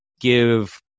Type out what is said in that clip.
give